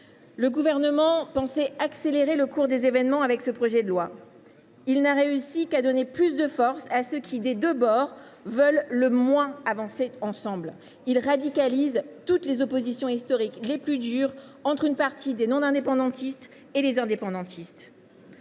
Le Gouvernement pensait accélérer le cours des événements avec ce projet de loi constitutionnelle. Il n’a réussi qu’à donner plus de force à ceux qui, des deux bords, veulent le moins avancer ensemble. Il radicalise toutes les oppositions historiques les plus dures, une partie des non indépendantistes et les indépendantistes.